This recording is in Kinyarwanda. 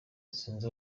sinzi